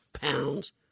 pounds